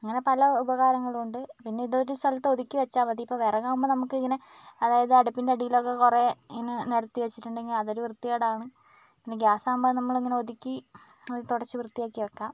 അങ്ങനെ പല ഉപകാരങ്ങളുണ്ട് പിന്നെ ഇതൊരു സ്ഥലത്ത് ഒതുക്കി വച്ചാൽ മതി ഇപ്പോൾ വിറകാകുമ്പോൾ നമുക്കിങ്ങനെ അതായത് അടുപ്പിന്റെ അടിയിലൊക്കെ കുറേ ഇങ്ങനെ നിരത്തിവച്ചിട്ടുണ്ടെങ്കിൽ അതൊരു വൃത്തികേടാണ് പിന്നെ ഗ്യാസ് ആകുമ്പോൾ അത് നമ്മൾ ഇങ്ങനെ ഒതുക്കി തുടച്ച് വൃത്തിയാക്കി വെക്കാം